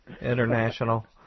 international